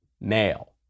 male